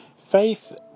faith